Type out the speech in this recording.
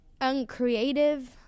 uncreative